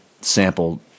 sample